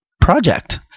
Project